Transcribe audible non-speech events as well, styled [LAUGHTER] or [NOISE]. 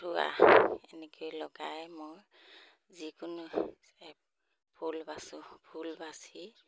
[UNINTELLIGIBLE] এনেকৈ লগাই মই যিকোনো ফুল বাচোঁ ফুল বাচি